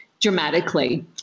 Dramatically